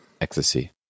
ecstasy